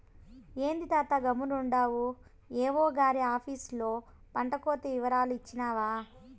ఏంది తాతా గమ్మునుండావు ఏవో గారి ఆపీసులో పంటకోత ఇవరాలు ఇచ్చినావా